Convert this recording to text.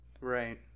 Right